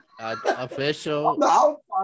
Official